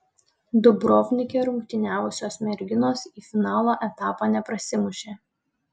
dubrovnike rungtyniavusios merginos į finalo etapą neprasimušė